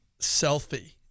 selfie